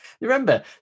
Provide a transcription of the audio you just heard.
remember